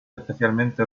especialmente